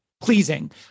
pleasing